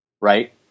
right